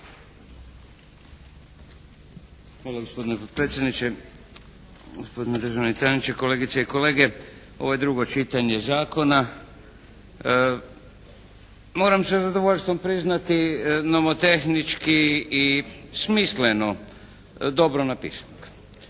Hvala gospodine potpredsjedniče. Gospodine državni tajniče, kolegice i kolege. Ovo je drugo čitanje zakona. Moram sa zadovoljstvom priznati nomotehnički i smisleno dobro napisanog.